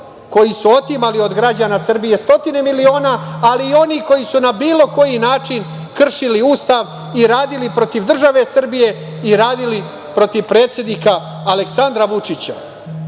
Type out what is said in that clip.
koji su otimali od građana Srbije stotine miliona, ali i oni koji su na bilo koji način kršili Ustav i radili protiv države Srbije i radili protiv predsednika Aleksandra Vučića,